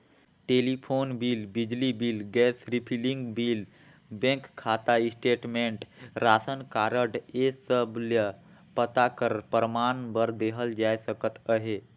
telephone bill, बिजली bill, gas refilling bill, bank खाता statement, ration card ए सब ल पता कर परमान बर देहल जाए सकत अहे